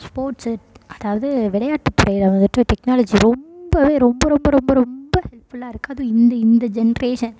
sports அதாவது விளையாட்டுத் துறையில் வந்துவிட்டு டெக்னாலஜி ரொம்ப ரொம்ப ரொம்ப ரொம்ப ரொம்ப ஹெல்ப்ஃபுல்லாக இருக்குது அதுவும் இந்த இந்த ஜென்ரேஷன்